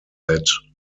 that